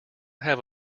have